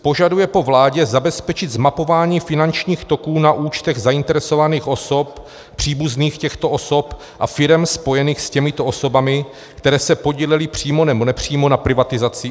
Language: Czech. Požaduje po vládě zabezpečit zmapování finančních toků na účtech zainteresovaných osob, příbuzných těchto osob a firem spojených s těmito osobami, které se podílely přímo nebo nepřímo na privatizaci OKD.